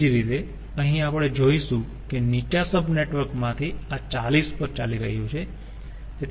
એ જ રીતે અહીં આપણે જોઈશું કે નીચા સબ નેટવર્ક માંથી આ 40 પર ચાલી રહ્યું છે